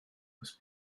oes